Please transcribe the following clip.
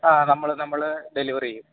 ആ നമ്മൾ നമ്മൾ ഡെലിവർ ചെയ്യും